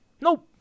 nope